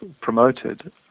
promoted